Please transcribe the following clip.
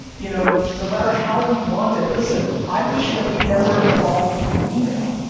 you know, no matter how we want it, listen, i wish that we never evolved from email.